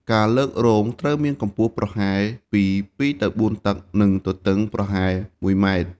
ការលើករងត្រូវមានកម្ពស់ប្រហែលពី ២ ទៅ ៤ តឹក និងទទឹងប្រហែល ១ ម៉ែត្រ។